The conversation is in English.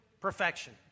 perfection